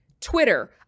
Twitter